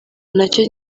nacyo